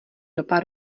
ropa